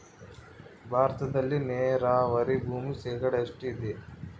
ಭಾರತದಲ್ಲಿ ನೇರಾವರಿ ಭೂಮಿ ಶೇಕಡ ಎಷ್ಟು ಇದೆ?